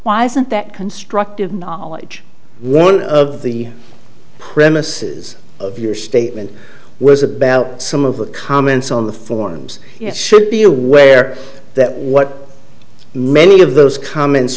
why isn't that constructive knowledge one of the premises of your statement was about some of the comments on the forms it should be aware that what many of those comments